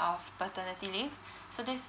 of paternity leave so this